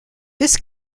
this